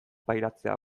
pairatzea